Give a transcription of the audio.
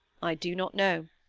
i do not know.